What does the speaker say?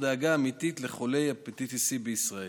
דאגה אמיתית לחולי הפטיטיס C בישראל.